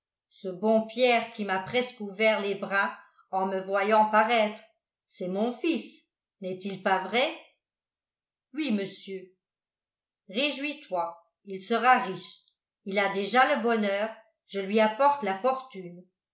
ce bon pierre qui m'a presque ouvert les bras en me voyant paraître c'est mon fils n'est-il pas vrai oui monsieur réjouis-toi il sera riche il a déjà le bonheur je lui apporte la fortune